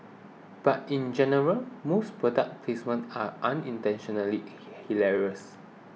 but in general most product placements are unintentionally hilarious